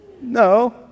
No